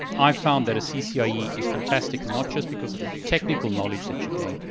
i found that a ccie is fantastic not just because of the technical knowledge that you gain,